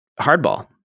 hardball